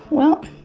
well,